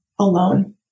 alone